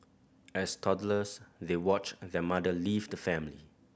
as toddlers they watched their mother leave the family